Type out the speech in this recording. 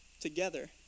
together